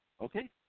Okay